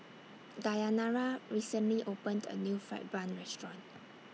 Dayanara recently opened A New Fried Bun Restaurant